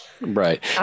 Right